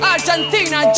Argentina